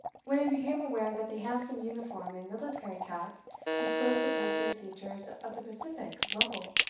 when they became aware, that the handsome uniform and military cap disclosed the person and features of the pacific lovel!